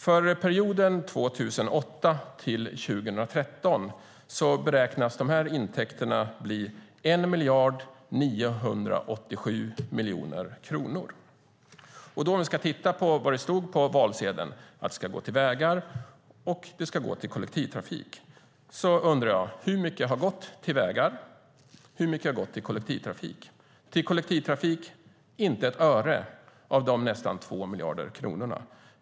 För perioden 2008-2013 beräknades dessa intäkter bli 1 987 miljoner kronor. Om man då tittar på vad det stod på valsedeln, att intäkterna ska gå till kollektivtrafik, undrar jag: Hur mycket har gått till vägar och hur mycket har gått till kollektivtrafik? Till kollektivtrafik har det inte gått ett öre av de nästan 2 miljarderna.